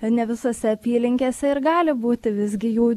ne visose apylinkėse ir gali būti visgi jų